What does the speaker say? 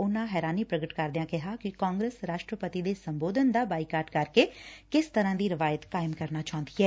ਉਨਾਂ ਹੈਰਾਨੀ ਪ੍ਰਗਟ ਕਰੰਦਿਆਂ ਕਿਹਾ ਕਿ ਕਾਂਗਰਸ ਰਾਸਟਰਪਤੀ ਦੇ ਸੰਬੋਧਨ ਦਾ ਬਾਈਕਾਟ ਕਰਕੇ ਕਿਸ ਤਰੁਾਂ ਦੀ ਰਵਾਇਤਂ ਕਾਇਮ ਕਰਨਾ ਚਾਹੁੰਦੀ ਐ